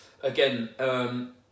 again